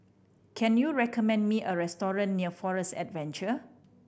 can you recommend me a restaurant near Forest Adventure